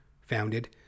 founded